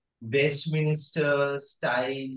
Westminster-style